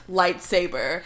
lightsaber